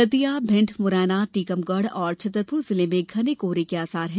दतिया भिंड मुरैना टीकमगढ़ और छतरपुर जिले में घने कोहरे के आसार है